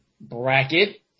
bracket